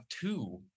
two